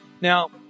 now